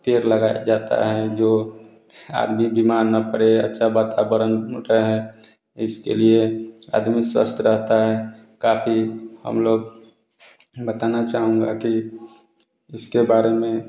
पेड़ लगाया जाता है जो आदमी बीमार न पड़े अच्छा वातावरण रहे इसके लिए आदमी स्वस्थ रहता है काफी हम लोग बताना चाहूँगा की इसके बारे में